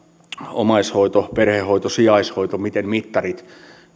omaishoito perhehoito sijaishoito miten mittarit